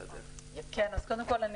קודם כול,